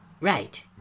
Right